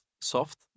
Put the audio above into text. soft